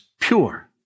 pure